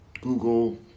Google